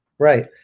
Right